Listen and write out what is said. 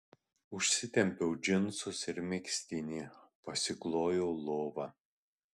užsitempiau džinsus ir megztinį pasiklojau lovą